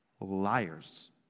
Liars